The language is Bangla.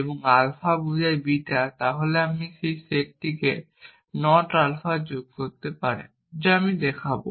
এবং আলফা বোঝায় বিটা তাহলে আপনি এই সেটটিতে নট আলফা যোগ করতে পারেন যা আমি দেখাব